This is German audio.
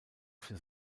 für